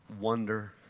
wonder